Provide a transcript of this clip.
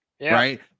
Right